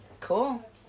Cool